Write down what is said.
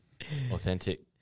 Authentic